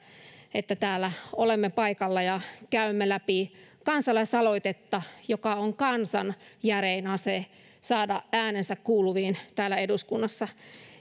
olemme täällä paikalla ja käymme läpi kansalaisaloitetta joka on kansan järein ase saada äänensä kuuluviin täällä eduskunnassa